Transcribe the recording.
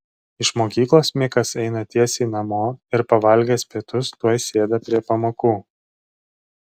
iš mokyklos mikas eina tiesiai namo ir pavalgęs pietus tuoj sėda prie pamokų